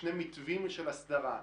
שני מתווים של הסדרה: